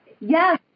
Yes